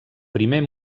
primer